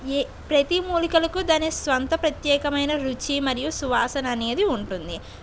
ఈ ప్రతి మూలికలకు దాని స్వంత ప్రత్యేకమైన రుచి మరియు సువాసన అనేది ఉంటుంది